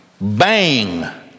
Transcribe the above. Bang